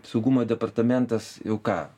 saugumo departamentas jau ką